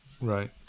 Right